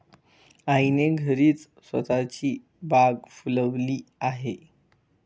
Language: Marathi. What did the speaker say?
आईने घरीच स्वतःची बाग फुलवली आहे